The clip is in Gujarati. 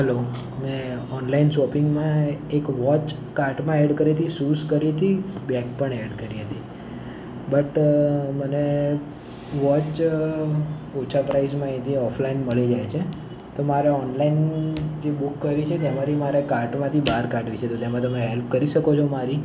હલો મેં ઓનલાઇન શોપિંગમાં એક વોચ કાર્ટમાં એડ કરી હતી શૂઝ કરી હતી બેગ પણ એડ કરી હતી બટ મને વોચ ઓછા પ્રાઇઝમાં અહીથી ઓફલાઇન મળી જાય છે તો મારે ઓનલાઇન જે બુક કરેલી છે તેમાંથી મારે કાર્ટમાંથી બહાર કાઢવી છે તો તમે એમાં હેલ્પ કરી શકો છો મારી